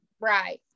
Right